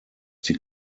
die